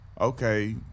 okay